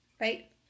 Right